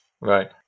Right